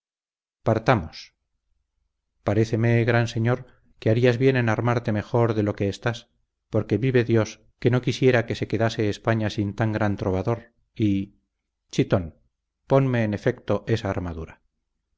pie partamos paréceme gran señor que harías bien en armarte mejor de lo que estás porque vive dios que no quisiera que se quedase españa sin tan gran trovador y chitón ponme en efecto esa armadura